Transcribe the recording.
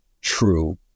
true